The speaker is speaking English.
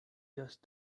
just